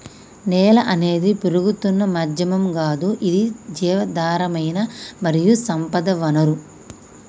నేల అనేది పెరుగుతున్న మాధ్యమం గాదు ఇది జీవధారమైన మరియు సంపద వనరు